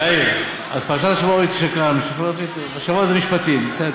יאיר, פרשת השבוע זה משפטים, בסדר?